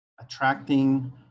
attracting